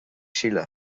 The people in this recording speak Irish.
síle